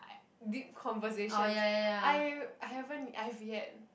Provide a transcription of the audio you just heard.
like deep conversations I haven't I've yet